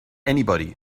anybody